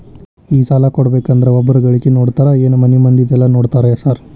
ಈ ಸಾಲ ಕೊಡ್ಬೇಕಂದ್ರೆ ಒಬ್ರದ ಗಳಿಕೆ ನೋಡ್ತೇರಾ ಏನ್ ಮನೆ ಮಂದಿದೆಲ್ಲ ನೋಡ್ತೇರಾ ಸಾರ್?